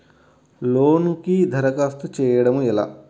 లోనుకి దరఖాస్తు చేయడము ఎలా?